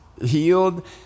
healed